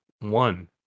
one